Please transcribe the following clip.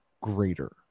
greater